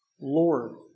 Lord